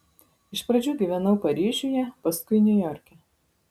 iš pradžių gyvenau paryžiuje paskui niujorke